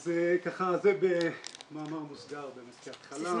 זה במאמר מוסגר כהתחלה.